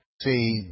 see